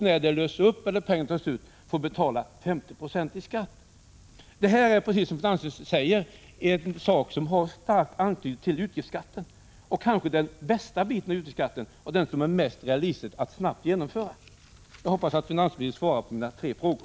När kontot löses upp eller pengarna tas ut får de ju betala 50 90 i skatt. Precis som finansministern sade har förslaget till privata investeringskonton stark anknytning till utgiftsskatten — kanske till den bästa biten av utgiftsskatten och den som det är mest realistiskt att snabbt genomföra. Jag hoppas att finansministern svarar på mina tre frågor.